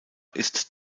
ist